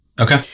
okay